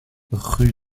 rue